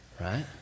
Right